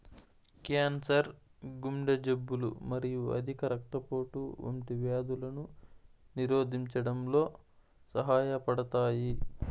cancer, గుండె జబ్బులు మరియు అధిక రక్తపోటు వంటి వ్యాధులను నిరోధించడంలో సహాయపడతాయి